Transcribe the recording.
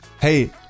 hey